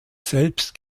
selbst